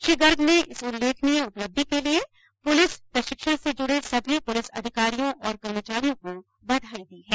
श्री गर्ग ने इस उल्लेखनीय उपलब्धि के लिए पुलिस प्रशिक्षण से जुड़े सभी पुलिस अधिकारियों और कर्मचारियों को बधाई दी है